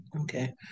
okay